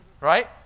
Right